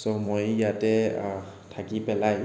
চ' মই ইয়াতে থাকি পেলাই